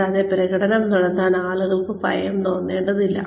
കൂടാതെ പ്രകടനം നടത്താൻ ആളുകൾക്ക് ഭയം തോന്നേണ്ടതില്ല